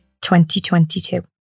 2022